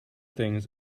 things